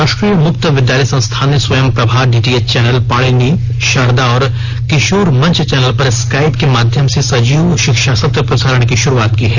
राष्ट्रीय मुक्त विद्यालय संस्थान ने स्वयंप्रभा डीटीएच चैनल पाणिनी शारदा और किशोर मंच चैनल पर स्काइप के माध्यम से सजीव शिक्षा सत्र प्रसारण की शुरुआत की है